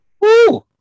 Woo